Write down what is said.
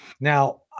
Now